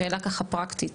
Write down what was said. שאלה פרקטית.